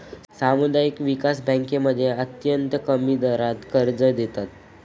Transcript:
सामुदायिक विकास बँकांमध्ये अत्यंत कमी दरात कर्ज देतात